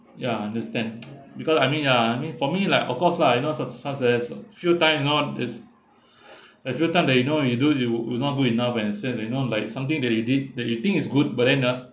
ya I understand because I mean ya I mean for me like of course lah you know such such as a few time you know it's a few time that you know you do you you not good enough and it's sad you know like something that you did that you think is good but then ah